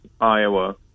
Iowa